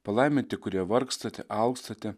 palaiminti kurie vargstate alkstate